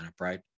right